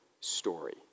story